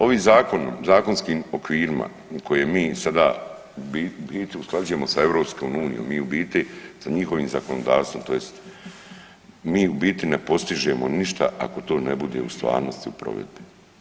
Ovim zakonom zakonskim okvirima koje mi sada u biti usklađujemo sa EU, mi u biti sa njihovim zakonodavstvo tj. mi u biti ne postižemo ništa ako to ne bude u stvarnosti u provedbi.